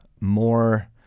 more